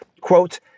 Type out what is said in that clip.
Quote